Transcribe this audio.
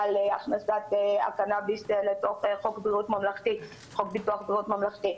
להכנסת הקנביס לחוק ביטוח בריאות ממלכתי.